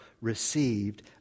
received